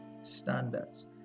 standards